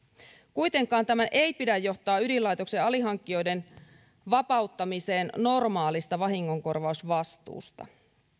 kuitenkaan tämän ei pidä johtaa ydinlaitoksen alihankkijoiden vapauttamiseen normaalista vahingonkorvausvastuusta